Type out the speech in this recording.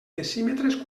decímetres